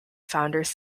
founders